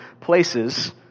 places